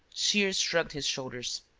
shears shrugged his shoulders.